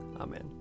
Amen